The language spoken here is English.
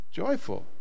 joyful